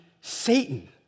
Satan